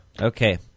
Okay